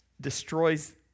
destroys